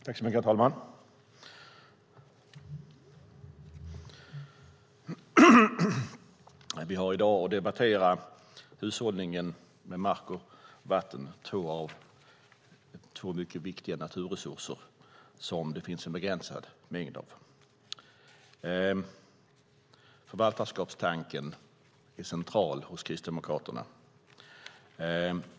Herr talman! Vi har i dag att debattera hushållningen med mark och vatten, två mycket viktiga naturresurser som det finns begränsad mängd av. Förvaltarskapstanken är central hos Kristdemokraterna.